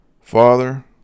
Father